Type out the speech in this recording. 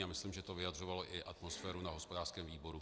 A myslím, že to vyjadřovalo i atmosféru na hospodářském výboru.